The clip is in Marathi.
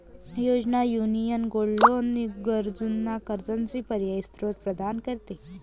योजना, युनियन गोल्ड लोन गरजूंना कर्जाचा पर्यायी स्त्रोत प्रदान करते